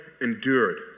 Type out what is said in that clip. endured